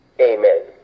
Amen